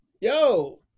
yo